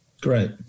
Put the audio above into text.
Great